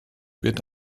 wird